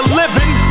living